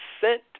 sent